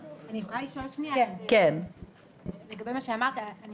אני רוצה לשאול לגבי מה שאמרת: אני